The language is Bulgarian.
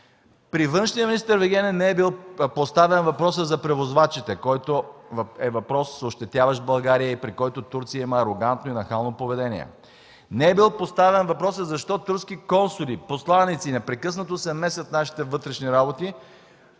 Пред външния министър Вигенин не е бил поставен въпросът за превозвачите, което е въпрос, ощетяващ България и при който Турция има арогантно и нахално поведение. Не е бил поставен въпросът защо турски консули и посланици непрекъснато се мешат в нашите вътрешни работи,